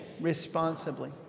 responsibly